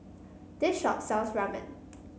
this shop sells Ramen